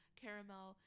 caramel